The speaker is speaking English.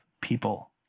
people